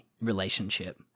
relationship